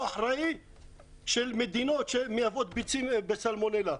אחראי ממדינות שמוכרות ביצים עם סלמונלה.